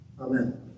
Amen